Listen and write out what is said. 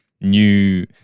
new